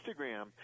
Instagram